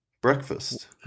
Breakfast